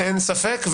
אין ספק.